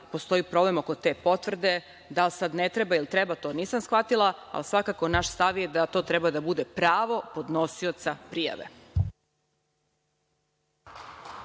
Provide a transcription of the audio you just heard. postoji problem oko te potvrde da li sad treba ili ne treba, to nisam shvatila, ali svakako, naš stav je da to treba da bude pravo podnosioca prijave.